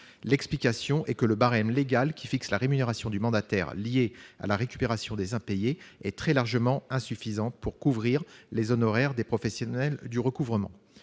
L'explication est que le barème légal fixant la rémunération du mandataire liée à la récupération des impayés est très largement insuffisant pour couvrir les honoraires des professionnels du recouvrement.